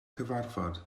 cyfarfod